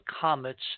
comets